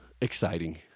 exciting